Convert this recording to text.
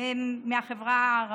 הם בחברה הערבית.